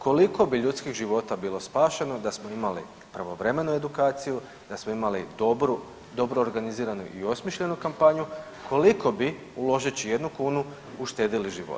Koliko bi ljudskih života bilo spašeno da smo imali pravovremenu edukaciju, da smo imali dobru, dobro organiziranu i osmišljenu kampanju, koliko bi, uložeći jednu kunu uštedili života?